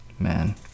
Man